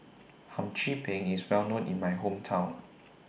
Hum Chim Peng IS Well known in My Hometown